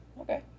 Okay